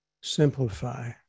simplify